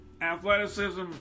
athleticism